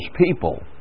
people